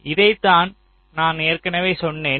இதைத்தான் நான் ஏற்கனவே சொன்னேன்